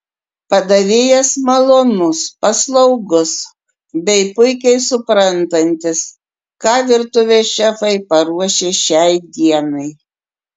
padavėjas malonus paslaugus bei puikiai suprantantis ką virtuvės šefai paruošė šiai dienai